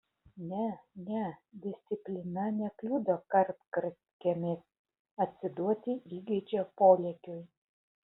ne ne disciplina nekliudo kartkartėmis atsiduoti įgeidžio polėkiui